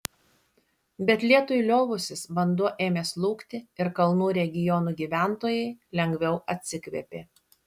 bet lietui liovusis vanduo ėmė slūgti ir kalnų regionų gyventojai lengviau atsikvėpė